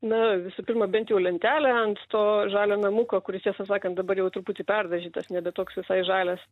na visų pirma bent jau lentelę ant to žalio namuko kuris tiesą sakant dabar jau truputį perdažytas nebe toks visai žalias